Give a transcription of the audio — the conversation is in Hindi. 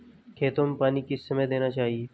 खेतों में पानी किस समय देना चाहिए?